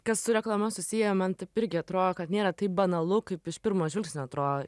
kas su reklama susiję man taip irgi atrodo kad nėra taip banalu kaip iš pirmo žvilgsnio atrodo